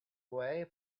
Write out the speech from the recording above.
way